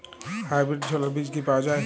Hybrid ছোলার বীজ কি পাওয়া য়ায়?